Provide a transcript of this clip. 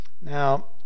Now